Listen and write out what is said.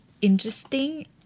interesting